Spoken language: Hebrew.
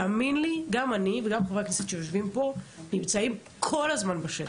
תאמין לי שגם אני וגם חברי הכנסת שיושבים פה נמצאים כל הזמן בשטח.